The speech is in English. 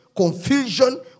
confusion